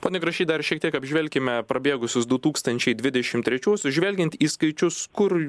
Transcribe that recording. pone grašy dar šiek tiek apžvelkime prabėgusius du tūkstančiai dvidešimt trečiuosius žvelgiant į skaičius kur